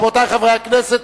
רבותי חברי הכנסת,